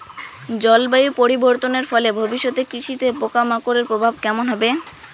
জলবায়ু পরিবর্তনের ফলে ভবিষ্যতে কৃষিতে পোকামাকড়ের প্রভাব কেমন হবে?